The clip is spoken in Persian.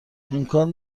امکان